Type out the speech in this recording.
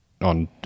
On